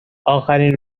اخرین